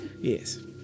Yes